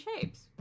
shapes